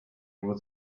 with